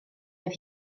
oedd